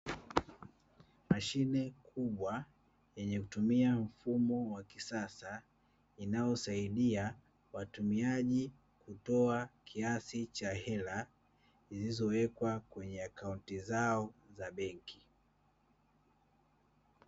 Mashine kubwa yenye kutumia mfumo wa kisasa, inayosaidia watumiaji kutoa kiasi cha hela, zilizowekwa kwenye akaunti zao za benki.